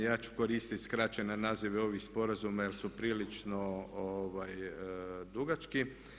Ja ću koristiti skraćene naziva ovih sporazuma jer su prilično dugački.